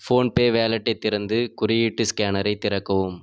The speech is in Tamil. ஃபோன்பே வாலெட்டை திறந்து குறியீட்டு ஸ்கேனரை திறக்கவும்